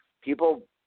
people